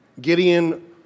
Gideon